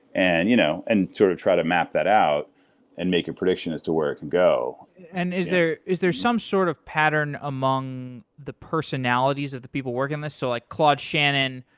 and you know and sort of try to map that out and make a prediction as to where it can go. and is there is there some sort of pattern among the personalities of the people working on this? so like claude shannon,